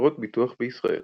חברות ביטוח בישראל